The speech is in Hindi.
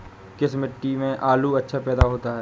किस मिट्टी में आलू अच्छा पैदा होता है?